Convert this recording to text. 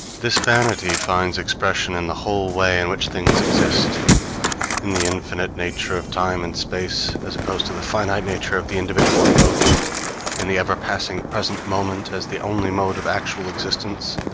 this vanity finds expression in the whole way in which things exist in the infinite nature of time and space, as opposed to the finite nature of the individual in both in the ever-passing present moment as the only mode of actual existence